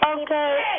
Okay